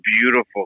beautiful